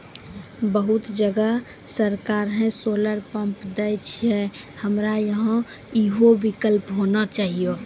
बहुत जगह सरकारे सोलर पम्प देय छैय, हमरा यहाँ उहो विकल्प होना चाहिए?